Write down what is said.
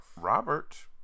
Robert